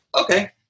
okay